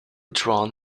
drawn